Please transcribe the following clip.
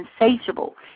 insatiable